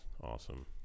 awesome